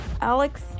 Alex